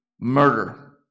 murder